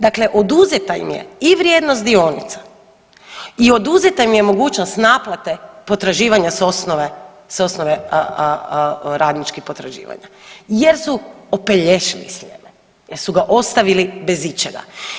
Dakle, oduzeta im je i vrijednost dionica i oduzeta im je mogućnost naplate potraživanja s osnove, s osnove radničkih potraživanja jer su opelješili Sljeme, jer su ga ostavili bez ičega.